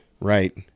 right